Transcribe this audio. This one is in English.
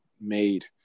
made